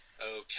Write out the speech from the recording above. Okay